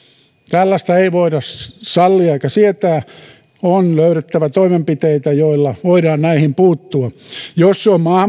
tällaista ei voida sallia eikä sietää on löydettävä toimenpiteitä joilla voidaan näihin puuttua jos se on